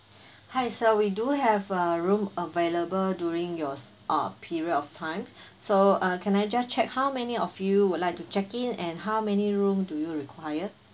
hi sir we do have a room available during your uh period of time so (uh)can I just check how many of you would like to check-in and how many rooms do you require